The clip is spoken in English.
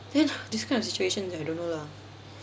then this kind of situations I don't know lah